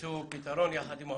שתמצאו פתרון יחד עם האוצר,